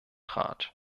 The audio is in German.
rat